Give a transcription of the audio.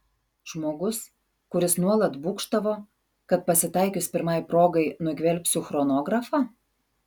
žmogus kuris nuolat būgštavo kad pasitaikius pirmai progai nugvelbsiu chronografą